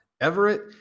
Everett